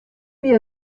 mir